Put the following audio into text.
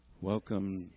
Welcome